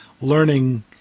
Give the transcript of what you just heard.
learning